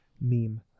Meme